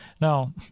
Now